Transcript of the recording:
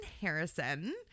Harrison